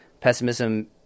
pessimism